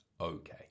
okay